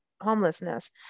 homelessness